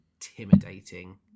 intimidating